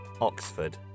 Oxford